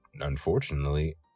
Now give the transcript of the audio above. unfortunately